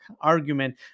argument